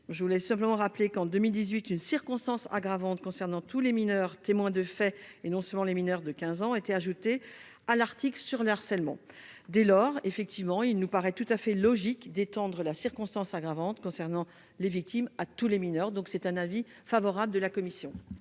je voulais simplement rappeler qu'en 2018 une circonstance aggravante concernant tous les mineurs témoins de faits, et non seulement les mineurs de 15 ans a été ajoutée à l'article sur le harcèlement, dès lors, effectivement, il nous paraît tout à fait logique détendre la circonstance aggravante concernant les victimes à tous les mineurs, donc c'est un avis favorable de la commission.